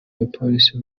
bapolisi